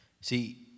See